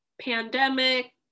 pandemic